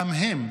גם הם,